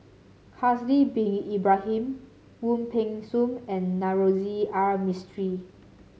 Haslir Bin Ibrahim Wong Peng Soon and Navroji R Mistri